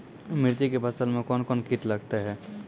मिर्ची के फसल मे कौन कौन कीट लगते हैं?